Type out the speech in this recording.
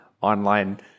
online